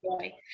joy